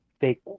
fake